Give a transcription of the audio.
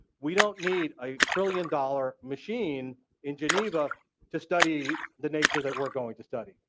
we don't need a trillion-dollar machine in geneva to study the nature that we're going to study.